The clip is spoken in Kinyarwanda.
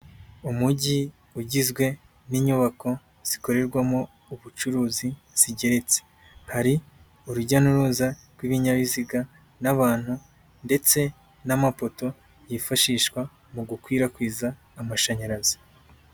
Umujyi ugizwe n'inyubako zikorerwamo ubucuruzi zigereritse, hari urujya n'uruza rw'ibinyabiziga n'abantu ndetse n'amapoto yifashishwa mu gukwirakwiza amashanyarazi.